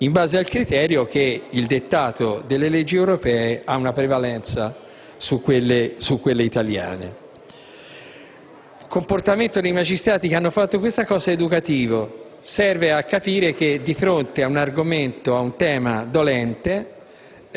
in base al criterio che il dettato delle leggi europee ha una prevalenza su quelle italiane. Il comportamento dei magistrati che hanno fatto questo è educativo: serve a capire che, di fronte ad un tema dolente,